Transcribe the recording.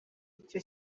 ico